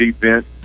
defense